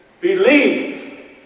believe